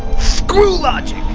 screw logic!